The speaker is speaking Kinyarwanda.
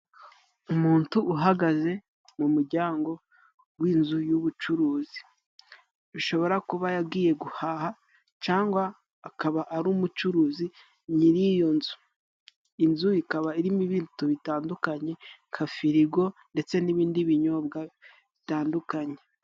Umuntu uhagaze mu muryango w'inzu y'ubucuruzi, bishobora kuba yagiye guhaha cyangwa akaba ari umucuruzi nyiriyo nzu, inzu ikaba irimo ibintu bitandukanye nka firigo ndetse n'ibindi binyobwa bitandukanye.